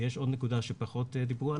יש עוד נקודה שפחות דיברו עליה,